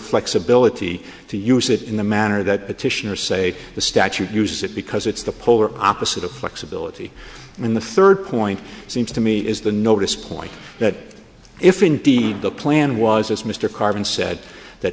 flexibility to use it in the manner that petitioners say the statute uses it because it's the polar opposite of flexibility in the third point it seems to me is the notice point that if indeed the plan was as mr carbon said that